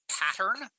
Pattern